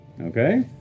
Okay